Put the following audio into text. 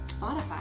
Spotify